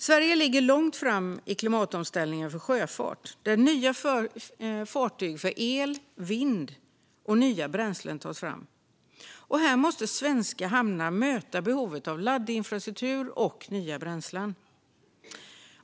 Sverige ligger långt fram i klimatomställningen för sjöfart, där nya fartyg för el, vind och nya bränslen tas fram. Här måste svenska hamnar möta behovet av laddinfrastruktur och nya bränslen.